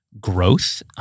growth